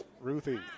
Ruthie